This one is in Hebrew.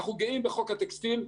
אנחנו גאים בחוק הטקסטיל.